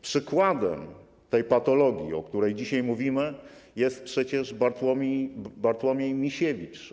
Przykładem tej patologii, o której dzisiaj mówimy, jest przecież Bartłomiej Misiewicz.